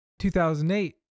2008